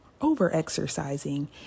over-exercising